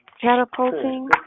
Catapulting